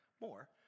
more